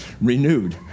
renewed